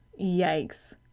Yikes